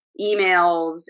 emails